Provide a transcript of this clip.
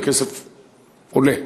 וכסף עולה.